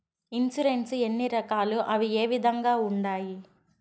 insurance ఎన్ని రకాలు అవి ఏ విధంగా ఉండాయి